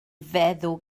feddw